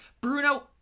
Bruno